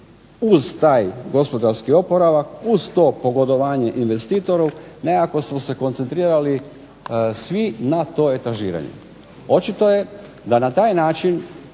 uz taj gospodarski oporavak, uz to pogodovanje investitoru nekako smo se koncentrirali svi na to etažiranje. Očito je da na taj način